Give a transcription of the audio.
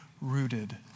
rooted